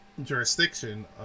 Jurisdiction